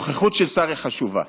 נוכחות של שר היא חשובה,